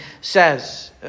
says